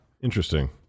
Interesting